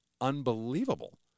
unbelievable